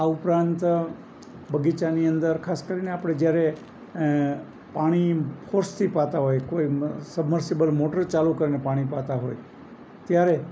આ ઉપરાંત બગીચાની અંદર ખાસ કરીને આપણે જ્યારે પાણી ફોર્સથી પાતા હોય કોઈ સબમર્સીબલ મોટર ચાલુ કરીને પાણી પાતા હોય ત્યારે